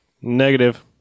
Negative